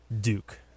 Duke